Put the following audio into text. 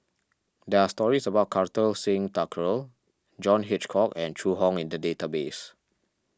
there are stories about Kartar Singh Thakral John Hitchcock and Zhu Hong in the database